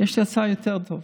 שיש לי הצעה יותר טובה: